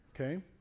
Okay